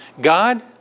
God